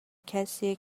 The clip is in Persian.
کسیه